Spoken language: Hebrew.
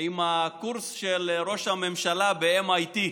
עם הקורס של ראש הממשלה ב-MIT,